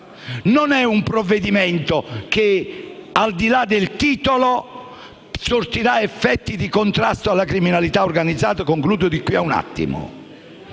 Non è un provvedimento che, al di là del titolo, sortirà effetti di contrasto alla criminalità organizzata. Non è un